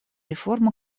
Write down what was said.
реформа